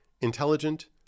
intelligent